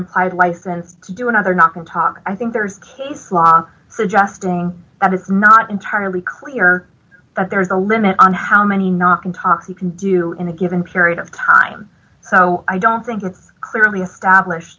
implied license to do another not one talk i think there's case law suggesting that it's not entirely clear that there is a limit on how many not kentucky can do in a given period of time so i don't think it's clearly establish